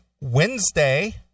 Wednesday